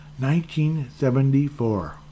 1974